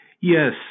yes